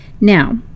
now